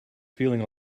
feeling